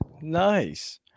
Nice